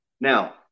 Now